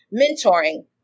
Mentoring